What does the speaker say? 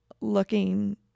looking